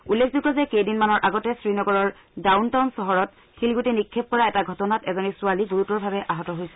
উল্লেখযোগ্য যে কেইদিনমানৰ আগতে শ্ৰীনগৰৰ ডাউনটাউন চহৰত শিলগুটি নিক্ষেপ কৰা এটা ঘটনাত এজনী ছোৱালী গুৰুতৰভাৱে আহত হৈছিল